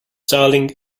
darling